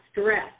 stress